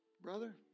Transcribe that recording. brother